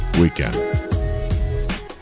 weekend